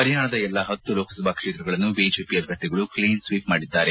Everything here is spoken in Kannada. ಹರಿಯಾಣದ ಎಲ್ಲಾ ಹತ್ತು ಲೋಕಸಭಾ ಕ್ಷೇತ್ರಗಳನ್ನು ಬಿಜೆಪಿ ಅಭ್ಯರ್ಥಿಗಳು ಕ್ಷೀನ್ಸ್ವೀಪ್ ಮಾಡಿದ್ದಾರೆ